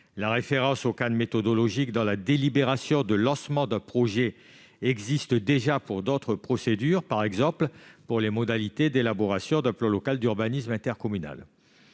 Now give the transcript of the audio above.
La référence au cadre méthodologique dans la délibération de lancement d'un projet existe déjà dans d'autres procédures, par exemple s'agissant des modalités d'élaboration d'un plan local d'urbanisme intercommunal